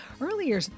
Earlier